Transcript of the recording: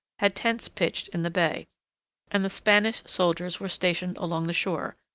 had tents pitched in the bay and the spanish soldiers were stationed along the shore,